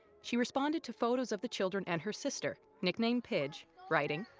she responded to photos of the children and her sister, nicknamed pidge writing